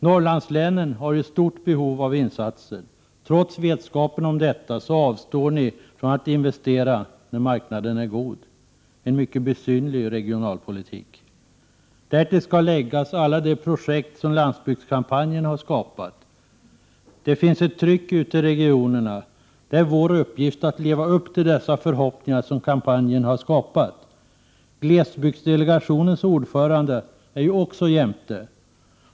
Norrlandslänen har ju ett stort behov av insatser. Trots vetskapen om detta avstår ni från att investera när marknaden är god — en mycket besynnerlig regionalpolitik. Därtill skall läggas alla de projekt som landsbygdskampanjen har skapat. Det finns ett tryck ute i regionerna. Det är vår uppgift att leva upp till de förhoppningar som kampanjen har skapat. Glesbygdsdelegationens ordförande är ju också jämte.